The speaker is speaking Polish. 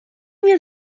nie